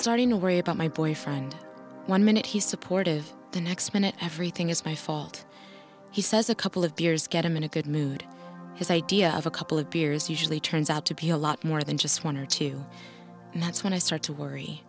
starting to worry about my boyfriend one minute he's supportive the next minute everything is my fault he says a couple of beers get him in a good mood his idea of a couple of beers usually turns out to be a lot more than just one or two and that's when i start to worry